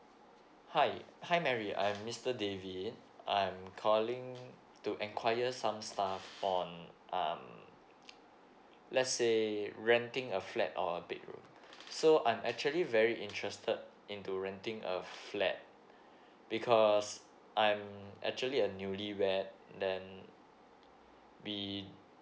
hi hi mary I am mister david I'm calling to inquire some stuff on um let's say renting a flat or bedroom so I'm actually very interested into renting a flat because I'm actually a newly wed then we